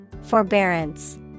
Forbearance